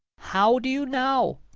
how do you now?